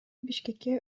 бишкекке